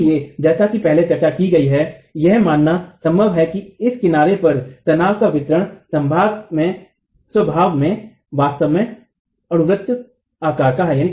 इसलिए जैसा कि पहले चर्चा की गई है यह मानना संभव है कि इस किनारे पर तनाव का वितरण स्वभाव में वास्तव में अणुवृत्त आकार का है